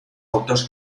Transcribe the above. autors